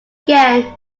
again